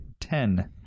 Ten